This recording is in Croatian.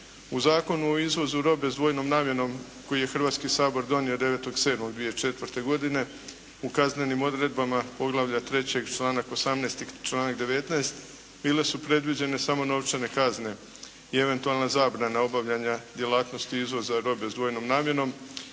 U Zakonu o izvozu robe s dvojnom namjenom koji je Hrvatski sabor donio 9.7.2004. godine u kaznenim odredbama poglavlja 3. članak 18. i članak 19. bile su predviđene samo novčane kazne i eventualna zabrana obavljanja djelatnosti izvoza robe s dvojnom namjenom,